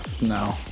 No